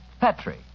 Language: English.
Petri